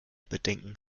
bedenken